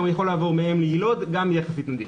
זה יכול לעבור גם מאם ליילוד, גם יחסית נדיר.